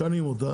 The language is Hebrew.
לשנות אותה,